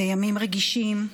בימים רגישים,